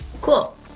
Cool